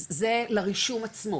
אז זה לרישום עצמו